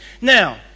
Now